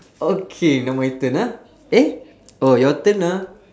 okay now my turn ah eh oh your turn ah